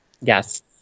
yes